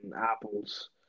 Apple's